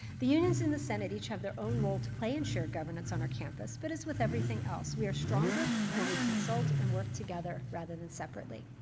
the unions in the senate each have their own role to play in shared governance on our campus, but as with everything else, we are stronger when we consult and work together, rather than separately.